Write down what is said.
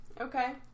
Okay